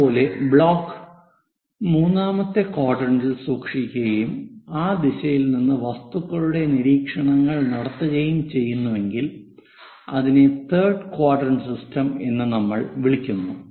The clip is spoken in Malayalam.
അതുപോലെ ബ്ലോക്ക് മൂന്നാമത്തെ ക്വാഡ്രന്റിൽ സൂക്ഷിക്കുകയും ആ ദിശയിൽ നിന്ന് വസ്തുക്കളുടെ നിരീക്ഷണങ്ങൾ നടത്തുകയും ചെയ്യുന്നുവെങ്കിൽ അതിനെ തേർഡ് ക്വാഡ്രന്റ് സിസ്റ്റം എന്ന് നമ്മൾ വിളിക്കുന്നു